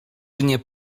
nie